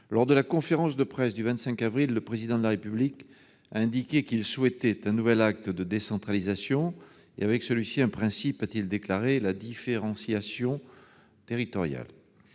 Lors de la conférence de presse du 25 avril dernier, le Président de la République a indiqué qu'il souhaitait un nouvel acte de décentralisation, associé au principe, a-t-il déclaré, de la « différenciation territoriale